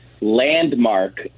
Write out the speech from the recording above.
landmark